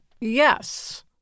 Yes